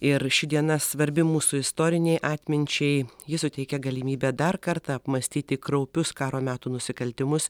ir ši diena svarbi mūsų istorinei atminčiai ji suteikia galimybę dar kartą apmąstyti kraupius karo metų nusikaltimus